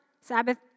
Sabbath